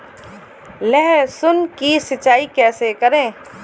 लहसुन की सिंचाई कैसे करें?